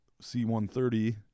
C-130